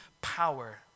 power